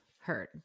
heard